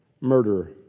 Murderer